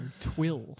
twill